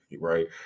right